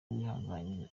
wihangane